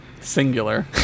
singular